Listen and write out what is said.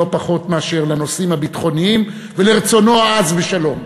לא פחות מאשר לנושאים הביטחוניים ולרצונו העז בשלום.